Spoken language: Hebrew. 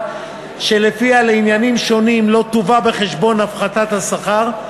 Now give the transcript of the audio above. שלפיה לעניינים שונים לא תובא בחשבון הפחתת השכר.